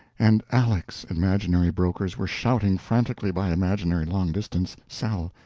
and aleck's imaginary brokers were shouting frantically by imaginary long-distance, sell!